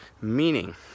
meaning